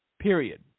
Period